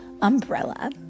umbrella